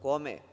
Kome?